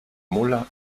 mula